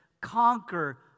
conquer